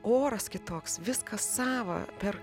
oras kitoks viskas sava per